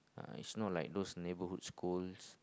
uh it's not like those neighbourhood schools